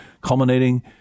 culminating